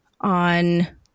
on